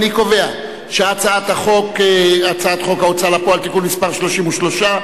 אני קובע שחוק ההוצאה לפועל (תיקון מס' 33),